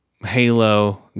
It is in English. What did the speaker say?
Halo